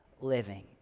living